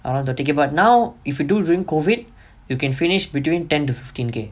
around thirty K but now if you during COVID you can finish between ten to fifteen K